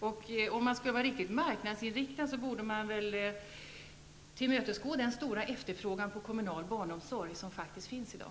Om man skulle vara riktigt marknadsinriktad borde man väl tillmötesgå den stora efterfrågan på kommunal barnomsorg som faktiskt finns i dag.